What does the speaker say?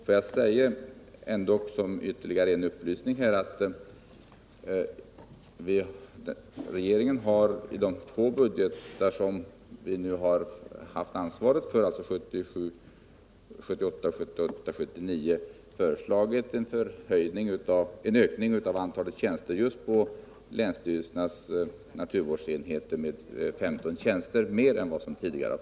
Får jag som en upplysning nämna att regeringen i de två budgetar, 1977 79, som den haft ansvaret för har föreslagit en utökning med 15 tjänster just på länsstyrelsernas naturvårdsenheter.